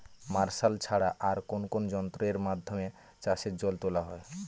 Martial ছাড়া আর কোন কোন যন্ত্রেরর মাধ্যমে চাষের জল তোলা হয়?